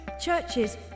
churches